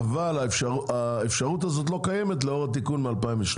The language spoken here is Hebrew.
אבל האפשרות הזאת לא קיימת לאור התיקון מ-2013.